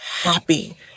happy